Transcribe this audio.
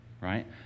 right